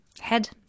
head